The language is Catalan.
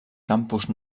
campus